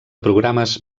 programes